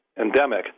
endemic